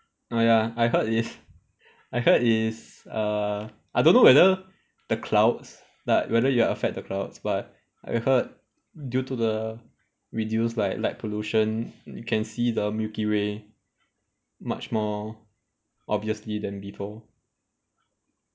ah ya I heard it's I heard it's uh I don't know whether the clouds like whether it'll affect the clouds but I heard due to the reduced like light pollution you can see the milky way much more obviously than before